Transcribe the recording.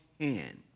hand